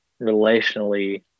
relationally